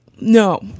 no